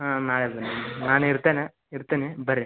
ಹಾಂ ನಾಳೆ ಬನ್ನಿ ನಾನು ಇರ್ತೇನೆ ಇರ್ತೇನೆ ಬರ್ರಿ